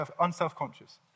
unselfconscious